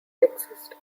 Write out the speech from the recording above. exist